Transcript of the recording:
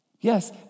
Yes